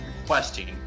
requesting